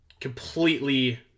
completely